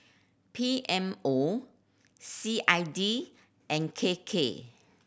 P M O C I D and K K